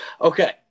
Okay